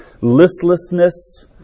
listlessness